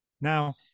now